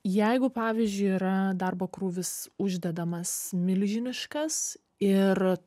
jeigu pavyzdžiui yra darbo krūvis uždedamas milžiniškas ir